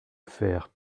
faire